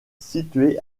située